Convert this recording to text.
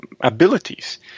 abilities